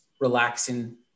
relaxing